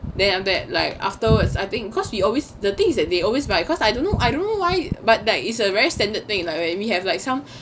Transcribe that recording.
then after that like afterwards I think cause we always the things is they always buy cause I don't know I don't know why but like is a very standard thing like we have like some